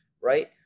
right